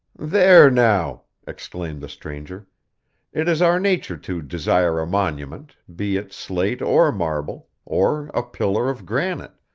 there now exclaimed the stranger it is our nature to desire a monument, be it slate or marble, or a pillar of granite,